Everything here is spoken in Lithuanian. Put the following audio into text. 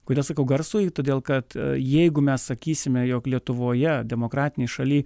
kodėl sakau garsui todėl kad jeigu mes sakysime jog lietuvoje demokratinėj šalyj